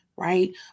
right